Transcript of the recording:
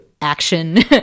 action